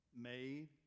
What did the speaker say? made